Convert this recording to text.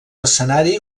escenari